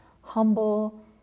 humble